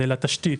זה לתשתית,